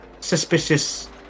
suspicious